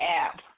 app